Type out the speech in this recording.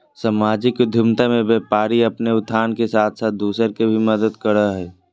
सामाजिक उद्द्मिता मे व्यापारी अपने उत्थान के साथ साथ दूसर के भी मदद करो हय